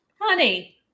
Honey